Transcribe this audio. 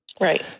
Right